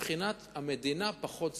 מבחינת המדינה, פחות זכויות,